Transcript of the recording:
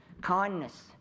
kindness